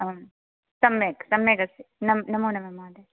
आं सम्यक् सम्यगस्ति नं नमो नमः महोदय